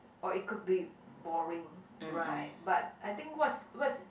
or it could be boring right but I think what's what's